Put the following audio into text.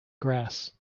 grass